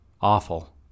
awful